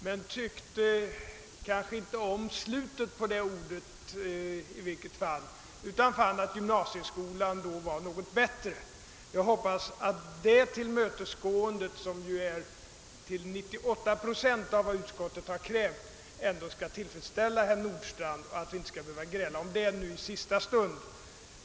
Jag tyckte i varje fall inte om slutet på ordet, utan fann att »gymnasieskola« var något bättre. På detta sätt tillmötesgår jag till 98 procent vad utskottet har krävt. Jag hoppas att det skall tillfredsställa även herr Nordstrandh, så att vi inte behöver gräla om detta nu i sista stund.